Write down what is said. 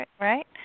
Right